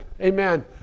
amen